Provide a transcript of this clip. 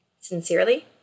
Sincerely